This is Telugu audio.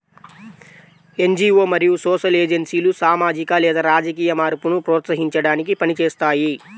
ఎన్.జీ.వో మరియు సోషల్ ఏజెన్సీలు సామాజిక లేదా రాజకీయ మార్పును ప్రోత్సహించడానికి పని చేస్తాయి